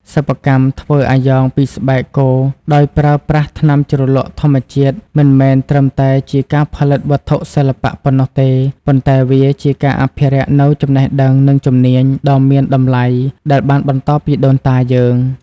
សិប្បកម្មធ្វើអាយ៉ងពីស្បែកគោដោយប្រើប្រាស់ថ្នាំជ្រលក់ធម្មជាតិមិនមែនត្រឹមតែជាការផលិតវត្ថុសិល្បៈប៉ុណ្ណោះទេ ប៉ុន្តែវាជាការអភិរក្សនូវចំណេះដឹងនិងជំនាញដ៏មានតម្លៃដែលបានបន្តពីដូនតាយើង។